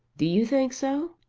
do you think so?